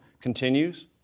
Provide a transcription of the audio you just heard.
continues